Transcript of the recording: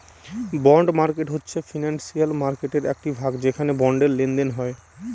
bond market হচ্ছে financial মার্কেটের একটি ভাগ যেখানে বন্ডের লেনদেন হয়